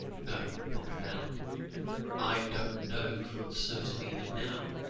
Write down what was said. no, not found i don't know for certain even now.